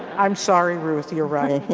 i'm sorry ruth you're right.